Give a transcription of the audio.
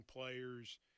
players